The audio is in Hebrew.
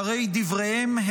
שהרי דבריהם,